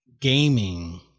gaming